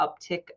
uptick